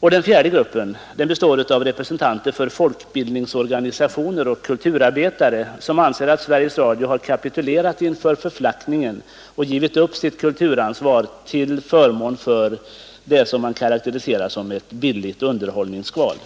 Den fjärde gruppen består av representanter för folkbildningsorganisationer och av kulturarbetare, som anser att Sveriges Radio har kapitulerat inför förflackningen och givit upp sitt kulturansvar till förmån för något som man karakteriserar som ett billigt skval.